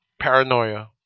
paranoia